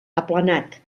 aplanat